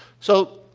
so,